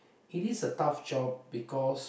it is a tough job because